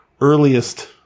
earliest